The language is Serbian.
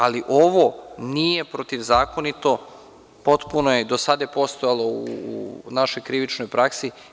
Ali, ovo nije protivzakonito, do sada je postojalo u našoj krivični praksi.